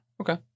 Okay